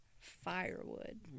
Firewood